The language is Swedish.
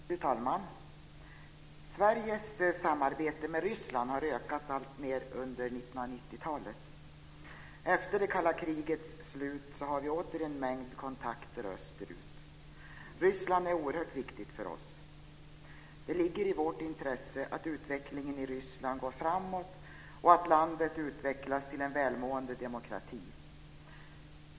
Fru talman! Sveriges samarbete med Ryssland har ökat alltmer under 1990-talet. Efter det kalla krigets slut har vi åter en mängd kontakter österut. Ryssland är oerhört viktigt för oss. Det ligger i vårt intresse att utvecklingen i Ryssland går framåt och att landet utvecklas till en välmående demokrati.